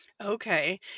Okay